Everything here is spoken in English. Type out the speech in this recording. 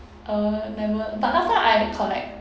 uh never but last time I collect